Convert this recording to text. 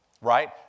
Right